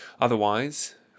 Otherwise